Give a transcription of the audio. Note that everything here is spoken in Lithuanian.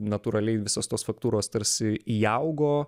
natūraliai visos tos faktūros tarsi įaugo